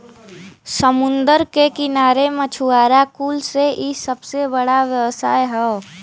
समुंदर के किनारे मछुआरा कुल से इ सबसे बड़ा व्यवसाय हौ